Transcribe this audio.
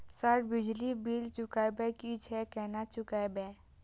Sir बिजली bill चुकाबे की छे केना चुकेबे?